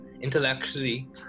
intellectually